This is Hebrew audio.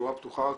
בצורה פתוחה,